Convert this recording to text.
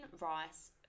rice